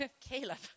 Caleb